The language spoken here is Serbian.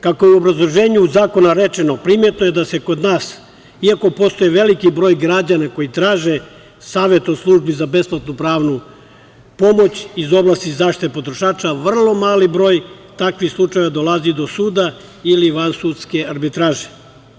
Kako je u obrazloženju zakona rečeno, primetno je da se kod nas, iako postoji veliki broj građani koji traće savet od službi za besplatnu pravnu pomoć iz oblasti zaštite potrošača, vrlo malo broj takvih slučajeva dolazi do suda ili vansudske arbitraže.